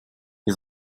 nie